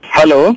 Hello